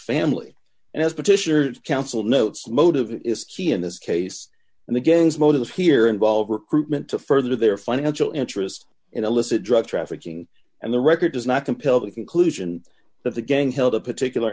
family and as petitioners counsel notes motive is key in this case and the gangs motives here involve recruitment to further their financial interest in illicit drug trafficking and the record does not compel the conclusion that the gang held a particular